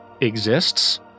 exists